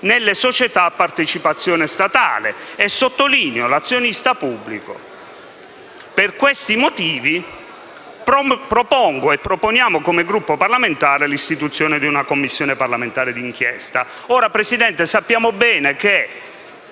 nelle società a partecipazione statale, e sottolineo l'azionista pubblico. Per questi motivi il mio Gruppo parlamentare propone l'istituzione di una Commissione parlamentare d'inchiesta.